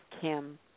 Kim